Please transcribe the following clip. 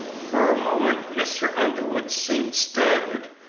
for a moment mr. underwood seemed staggered,